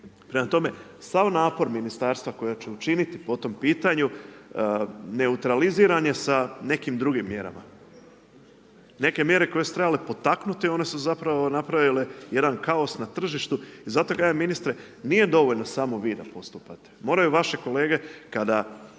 Prema tome sav napor ministarstva koja će učiniti po tom pitanju neutraliziran je sa nekim drugim mjerama, neke mjere koje su trebale potaknuti, one su zapravo napravile jedan kaos na tržištu i zato kažem ministre, nije dovoljno samo vi da postupate, moraju vaši kolege kada